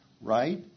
right